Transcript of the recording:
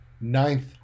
Ninth